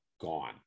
Gone